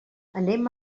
anem